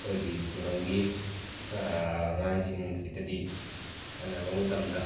ꯑꯩꯈꯣꯏꯒꯤ ꯈꯨꯡꯒꯪꯒꯤ ꯑꯉꯥꯡꯁꯤꯡꯁꯤꯗꯗꯤ ꯁꯥꯟꯅꯕ ꯃꯇꯝꯗ